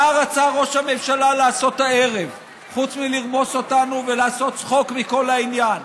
מה רצה ראש הממשלה לעשות הערב חוץ מלרמוס אותנו ולעשות צחוק מכל העניין?